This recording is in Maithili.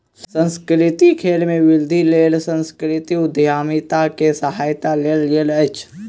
सांस्कृतिक खेल में वृद्धिक लेल सांस्कृतिक उद्यमिता के सहायता लेल गेल अछि